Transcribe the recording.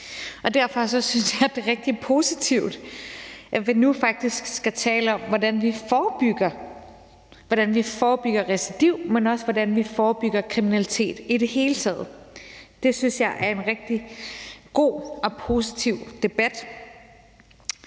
op. Derfor synes jeg, det er rigtig positivt, at vi nu faktisk skal tale om, hvordan vi forebygger – hvordan vi forebygger recidiv, men også hvordan vi forebygger kriminalitet i det hele taget. Det synes jeg er en rigtig god og positiv debat.